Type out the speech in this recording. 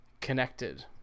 connected